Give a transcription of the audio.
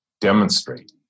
demonstrate